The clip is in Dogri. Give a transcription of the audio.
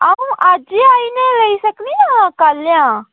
अं'ऊ अज्ज ई आइयैलेई सकनी जां कल्ल आं